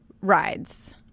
rides